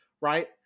right